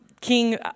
King